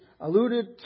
alluded